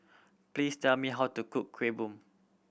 please tell me how to cook Kuih Bom